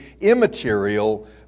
immaterial